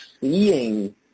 seeing